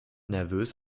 nervös